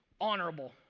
honorable